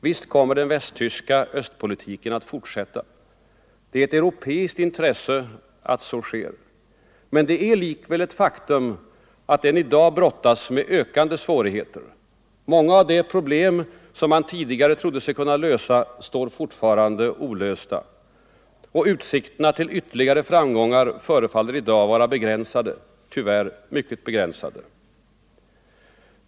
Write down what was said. Visst kommer den västtyska östpolitiken att fortsätta — det är ett europeiskt intresse att så sker — men det är likväl ett faktum att den i dag brottas med ökande svårigheter. Många av de problem som man tidigare trodde sig kunna lösa står fortfarande olösta. Och utsikterna till ytterligare framgångar förefaller i dag vara begränsade — tyvärr mycket begränsade.